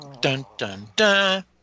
Dun-dun-dun